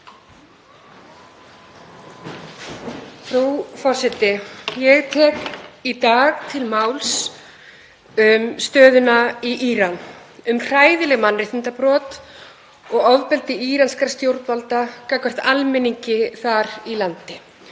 Frú forseti. Ég tek í dag til máls um stöðuna í Íran, um hræðileg mannréttindabrot og ofbeldi íranskra stjórnvalda gagnvart almenningi þar í landi.